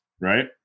Right